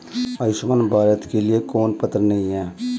आयुष्मान भारत के लिए कौन पात्र नहीं है?